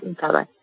Bye-bye